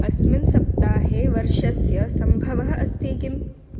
अस्मिन् सप्ताहे वर्षस्य सम्भवः अस्ति किम्